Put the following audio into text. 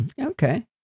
okay